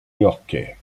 yorkais